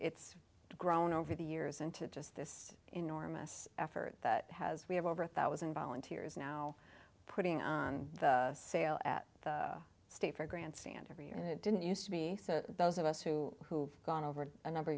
it's grown over the years into just this enormous effort that has we have over a thousand volunteers now putting on sale at the state fair grandstand every year and it didn't used to be so those of us who gone over a number